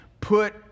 put